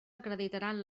acreditaran